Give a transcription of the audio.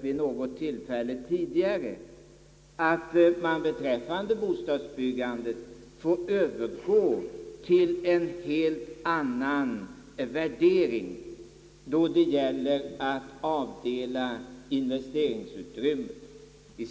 vid något tidigare tillfälle, att man övergår till en helt annan värdering då det gäller att avdela investeringsutrymme för bostads byggandet.